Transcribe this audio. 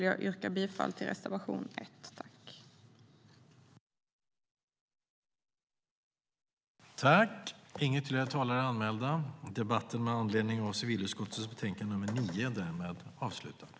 Jag yrkar bifall till reservation 1.